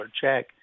check